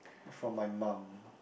from my mum